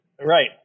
right